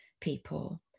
people